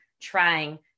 trying